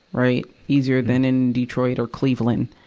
right? easier than in detroit or cleveland.